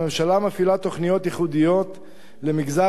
הממשלה מפעילה תוכניות ייחודיות למגזר